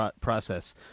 process